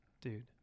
Dude